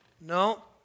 No